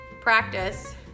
practice